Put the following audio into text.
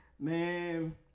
Man